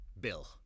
Bill